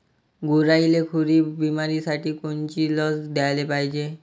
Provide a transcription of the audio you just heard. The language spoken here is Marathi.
गुरांइले खुरी बिमारीसाठी कोनची लस द्याले पायजे?